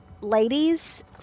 ladies